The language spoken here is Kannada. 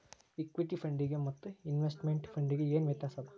ಇಕ್ವಿಟಿ ಫಂಡಿಗೆ ಮತ್ತ ಇನ್ವೆಸ್ಟ್ಮೆಟ್ ಫಂಡಿಗೆ ಏನ್ ವ್ಯತ್ಯಾಸದ?